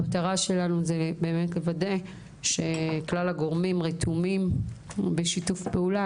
המטרה שלנו היא לוודא שכלל הגורמים רתומים בשיתוף פעולה,